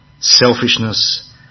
selfishness